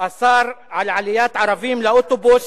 אסר על עליית ערבים לאוטובוס,